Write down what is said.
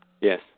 Yes